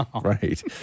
right